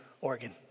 Oregon